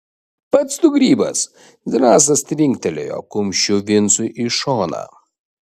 pats tu grybas zrazas trinktelėjo kumščiu vincui į šoną